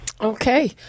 Okay